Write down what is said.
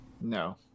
No